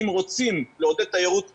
אם רוצים לעודד תיירות פנים,